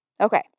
Okay